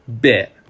bit